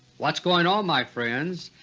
what's going on, my friends,